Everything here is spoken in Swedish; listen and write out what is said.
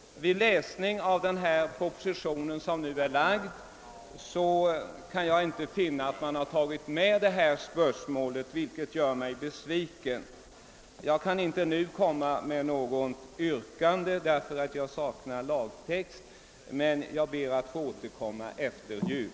Vid läsning av denna propo sition, som nu är framlagd, kan jag inte finna att man beaktat detta spörsmål, vilket gör mig besviken. Jag kan inte nu framställa något yrkande, eftersom jag saknar lagtext, men jag ber att få återkomma efter jul.